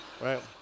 right